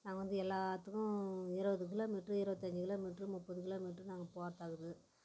நாங்கள் வந்து எல்லாத்துக்கும் இருபது கிலோ மீட்ரு இருபத்தஞ்சி கிலோ மீட்ரு முப்பது கிலோ மீட்ரு நாங்கள் போகிறதா இருக்குது